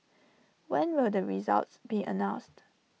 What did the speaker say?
when will the results be announced